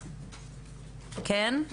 כן.